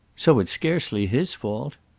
so it's scarcely his fault!